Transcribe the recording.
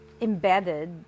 embedded